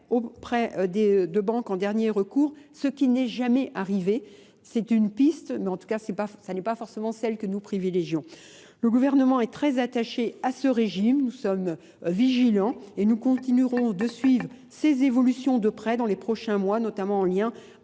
auprès des banques en dernier recours, ce qui n'est jamais arrivé. C'est une piste, mais en tout cas, ce n'est pas forcément celle que nous privilégions. Le gouvernement est très attaché à ce régime. Nous sommes vigilants et nous continuerons de suivre ces évolutions de prêts dans les prochains mois, notamment en lien avec